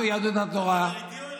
לא אמרתי מילה.